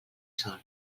sol